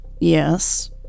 yes